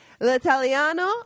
L'Italiano